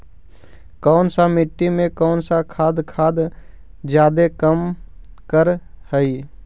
कौन सा मिट्टी मे कौन सा खाद खाद जादे काम कर हाइय?